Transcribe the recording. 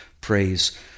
praise